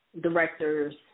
directors